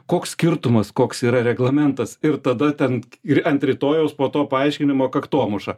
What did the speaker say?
koks skirtumas koks yra reglamentas ir tada ten ir ant rytojaus po to paaiškinimo kaktomuša